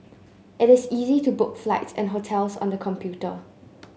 it is easy to book flights and hotels on the computer